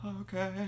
Okay